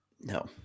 No